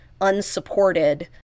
unsupported